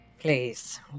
Please